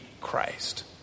Christ